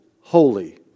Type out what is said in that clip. holy